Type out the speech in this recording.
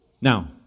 Now